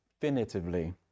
definitively